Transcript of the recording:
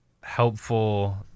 helpful